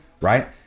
right